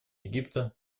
египта